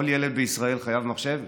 כל ילד בישראל חייב מחשב.